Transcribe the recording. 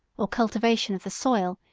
or cultivation of the soil,